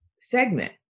segment